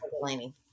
Delaney